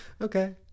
Okay